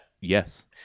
Yes